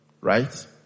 Right